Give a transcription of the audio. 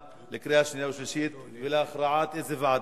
בעד,